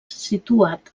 situat